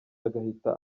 agahita